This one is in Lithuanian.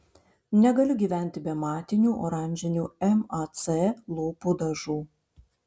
negaliu gyventi be matinių oranžinių mac lūpų dažų